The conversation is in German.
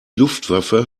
luftwaffe